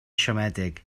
siomedig